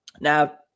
Now